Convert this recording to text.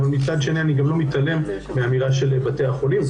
מצד שני, אני גם לא מתעלם מהאמירה של בתי החולים.